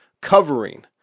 covering